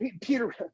Peter